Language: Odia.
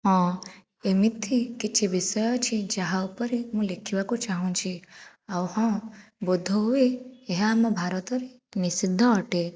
ହଁ ଏମିତି କିଛି ବିଷୟ ଅଛି ଯାହା ଉପରେ ମୁଁ ଲେଖିବାକୁ ଚାହୁଁଛି ଆଉ ହଁ ବୋଧହୁଏ ଏହା ଆମ ଭାରତରେ ନିଷିଦ୍ଧ ଅଟେ